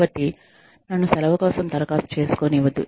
కాబట్టి నన్ను సెలవు కోసం దరఖాస్తు చేసుకోనివ్వద్దు